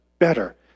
better